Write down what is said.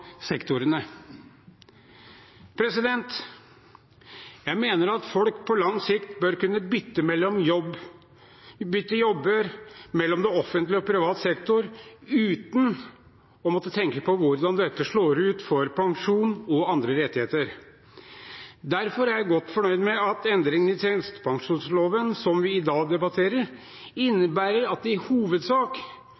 sektorene. Jeg mener at folk på lang sikt bør kunne bytte jobber mellom offentlig og privat sektor uten å måtte tenke på hvordan dette slår ut for pensjon og andre rettigheter. Derfor er jeg godt fornøyd med at endringen i tjenestepensjonsloven, som vi i dag debatterer, innebærer at det i hovedsak